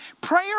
Prayer